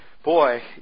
boy